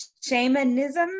Shamanism